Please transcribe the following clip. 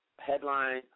headline